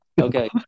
Okay